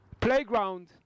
playground